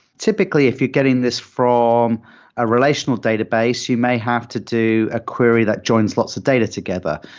typically, if you get in this from um a relational database, you may have to do a query that joins lots of data together,